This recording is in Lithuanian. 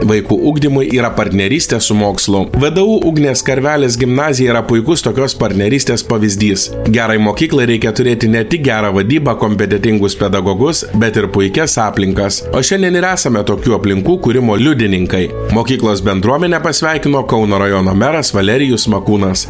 vaikų ugdymui yra partnerystė su mokslu vdu ugnės karvelis gimnazija yra puikus tokios partnerystės pavyzdys gerai mokyklai reikia turėti ne tik gerą vadybą kompetentingus pedagogus bet ir puikias aplinkas o šiandien ir esame tokių aplinkų kūrimo liudininkai mokyklos bendruomenę pasveikino kauno rajono meras valerijus makūnas